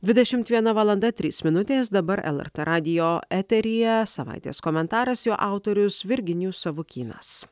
dvidešimt viena valanda trys minutės dabar lrt radijo eteryje savaitės komentaras jo autorius virginijus savukynas